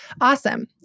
Awesome